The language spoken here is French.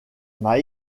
m’a